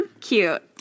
Cute